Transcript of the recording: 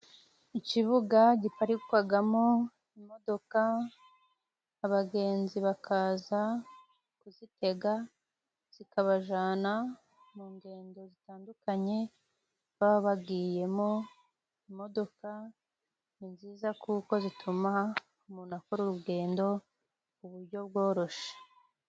Ikibuga giparikwagamo imodoka abagenzi bakaza kuzitega, zikabajana mu ngendo zitandukanye baba bagiyemo. Imodoka ni nziza kuko zituma umuntu akora urugendo ku bujyo bworoshe.